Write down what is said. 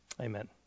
Amen